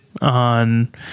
on